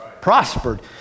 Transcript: prospered